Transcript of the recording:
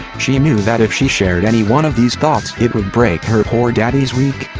she and knew that if she shared any one of these thoughts it would break her poor daddy's weak,